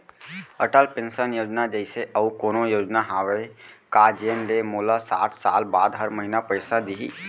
Atal pension योजना जइसे अऊ कोनो योजना हावे का जेन ले मोला साठ साल बाद हर महीना पइसा दिही?